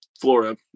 florida